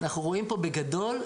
בגדול,